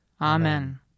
Amen